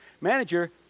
manager